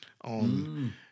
on